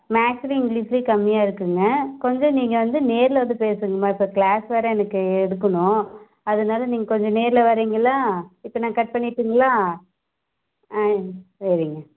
மேக்ஸ்லையும் இங்க்லிஷ்லையும் கம்மியாக இருக்குங்க கொஞ்சம் நீங்கள் வந்து நேரில் வந்து பேசுங்கம்மா இப்போ க்ளாஸ் வேறு எனக்கு எடுக்கணும் அதனால நீங்கள் கொஞ்சம் நேரில் வரீங்களா இப்போ நான் கட் பண்ணிவிட்டுங்களா ஆ சரிங்க